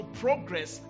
progress